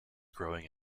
growing